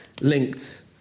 linked